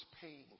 pain